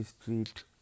Street